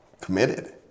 committed